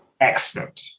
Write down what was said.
Excellent